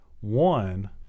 One